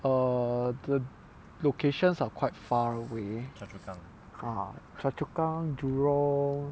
err the locations are quite far away ah choa chu kang jurong